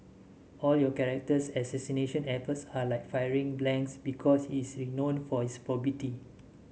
all your character assassination efforts are like firing blanks because he is renown for his probity